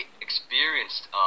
experienced